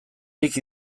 nik